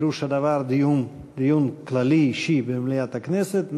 פירוש הדבר דיון כללי אישי במליאת הכנסת,